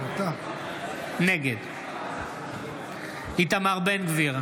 נגד איתמר בן גביר,